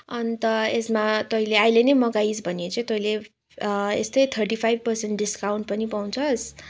अन्त यसमा तैँले अहिले नै मगाइस् भने चाहिँ तैँले यस्तै थर्टी फाइभ पर्सेन्ट डिस्काउन्ट पनि पाउँछस्